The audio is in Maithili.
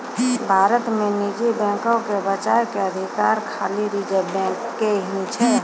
भारत मे निजी बैको के बचाबै के अधिकार खाली रिजर्व बैंक के ही छै